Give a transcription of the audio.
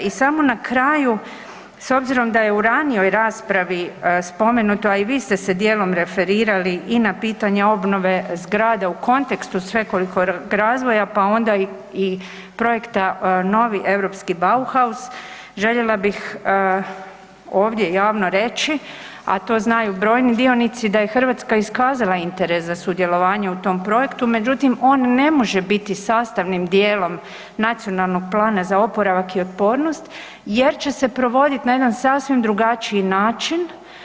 I samo na kraju, s obzirom da je u ranijoj raspravi spomenuto, a i vi ste se dijelom referirali i na pitanje obnove zgrada u kontekstu svekolikog razvoja, pa onda i projekta Novi europski Bauhaus, željela bih ovdje javno reći, a to znaju brojni dionici da je Hrvatska iskazala interes za sudjelovanje u tom projektu, međutim, on ne može biti sastavnim dijelom Nacionalnog plana za oporavka i otpornost jer će se provoditi na jedan sasvim drugačiji način.